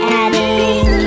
adding